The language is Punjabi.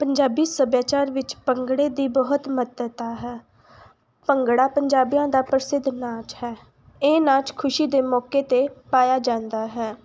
ਪੰਜਾਬੀ ਸੱਭਿਆਚਾਰ ਵਿੱਚ ਭੰਗੜੇ ਦੀ ਬਹੁਤ ਮਹੱਤਤਾ ਹੈ ਭੰਗੜਾ ਪੰਜਾਬੀਆਂ ਦਾ ਪ੍ਰਸਿੱਧ ਨਾਚ ਹੈ ਇਹ ਨਾਚ ਖੁਸ਼ੀ ਦੇ ਮੌਕੇ 'ਤੇ ਪਾਇਆ ਜਾਂਦਾ ਹੈ